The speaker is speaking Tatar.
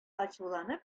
ачуланып